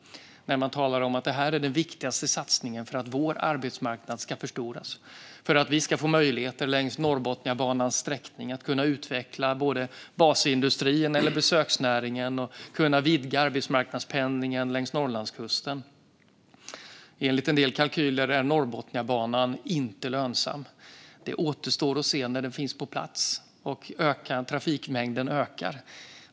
Där talar man till exempel om vad man anser vara den viktigaste satsningen för att regionens arbetsmarknad ska förstoras. Det kan handla om att man längs Norrbotniabanans sträckning ska få möjlighet att utveckla basindustrin eller besöksnäringen och vidga arbetsmarknadspendlingen längs Norrlandskusten. Enligt en del kalkyler är Norrbotniabanan inte lönsam. Det återstår att se när den finns på plats om trafikmängden ökar.